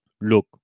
look